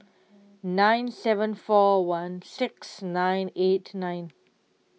nine seven four one six nine eight nine